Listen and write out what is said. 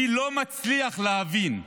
אני לא מצליח להבין.